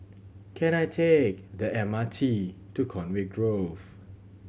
can I take the M R T to Conway Grove